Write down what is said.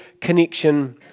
connection